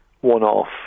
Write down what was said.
one-off